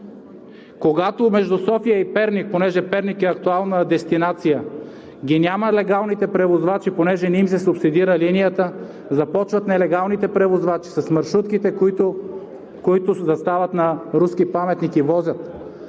Когато между София и Перник – Перник е актуална дестинация, ги няма легалните превозвачи понеже не им се субсидира линията, започват нелегалните превозвачи с маршрутките, които застават на „Руски паметник“ и возят.